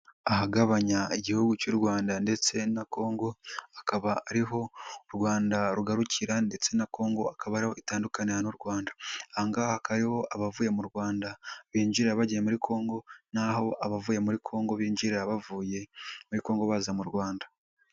Ahagabanya igihugu cy'u Rwanda ndetse na Congo akaba ari ho u Rwanda rugarukira ndetse na Congo akaba ariho itandukanira n'u Rwanda, aha ngaha akaba ariho abavuye mu Rwanda binjirira bagiye muri Congo naho abavuye muri Congo binjirira bavuye muri Congo baza mu Rwanda.